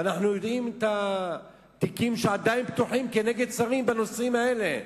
ואנחנו יודעים על התיקים שעדיין פתוחים כנגד שרים בנושאים האלה.